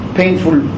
painful